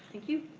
thank you.